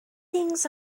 things